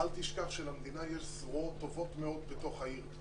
אבל אל תשכח שלמדינה יש זרועות טובות מאוד בעיר,